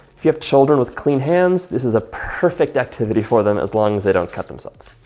if you have children with clean hands, this is a perfect activity for them as long as they don't cut themselves.